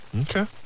Okay